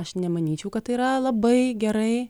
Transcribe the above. aš nemanyčiau kad tai yra labai gerai